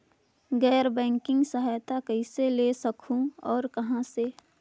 गैर बैंकिंग सहायता कइसे ले सकहुं और कहाँ से?